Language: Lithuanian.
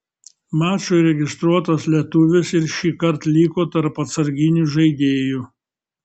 mačui registruotas lietuvis ir šįkart liko tarp atsarginių žaidėjų